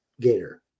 gator